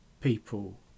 people